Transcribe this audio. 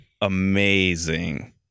amazing